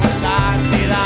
santidad